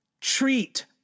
treat